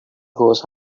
goes